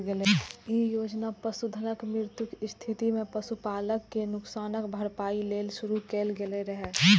ई योजना पशुधनक मृत्युक स्थिति मे पशुपालक कें नुकसानक भरपाइ लेल शुरू कैल गेल रहै